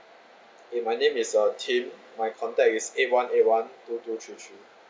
eh my name is uh tim my contact is eight one eight one two two three three